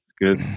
good